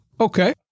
Okay